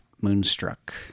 Moonstruck